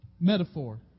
metaphor